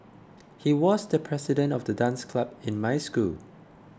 he was the president of the dance club in my school